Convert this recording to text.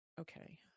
okay